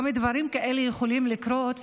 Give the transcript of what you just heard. גם דברים כאלה יכולים לקרות,